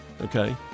Okay